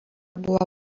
buvo